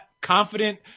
confident